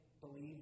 believe